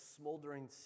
smoldering